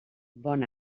bon